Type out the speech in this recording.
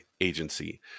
agency